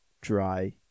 dry